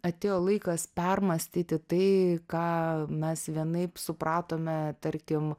atėjo laikas permąstyti tai ką mes vienaip supratome tarkim